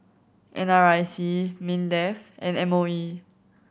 N R I C MINDEF and M O E